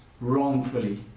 wrongfully